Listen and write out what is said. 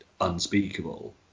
unspeakable